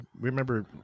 remember